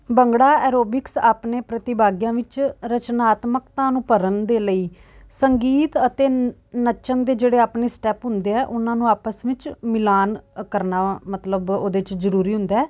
bhangra aerobics ਆਪਣੇ ਪ੍ਰਤੀਭਾਗੀਆਂ ਵਿੱਚ ਰਚਨਾਤਮਕਤਾ ਨੂੰ ਭਰਨ ਦੇ ਲਈ ਸੰਗੀਤ ਅਤ ਨੱਚਣ ਦੇ ਜਿਹੜੇ ਆਪਣੇ ਸਟੈਪ ਹੁੰਦੇ ਹੈ ਉਨ੍ਹਾਂ ਨੂੰ ਆਪਸ ਵਿੱਚ ਮਿਲਾਨ ਅ ਕਰਨਾ ਮਤਲਬ ਉਹਦੇ 'ਚ ਜ਼ਰੂਰੀ ਹੁੰਦਾ